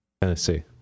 Tennessee